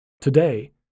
Today